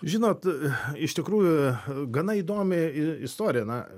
žinot iš tikrųjų gana įdomi istorija na